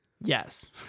Yes